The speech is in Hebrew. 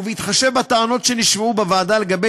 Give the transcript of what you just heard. ובהתחשב בטענות שנשמעו בוועדה לגבי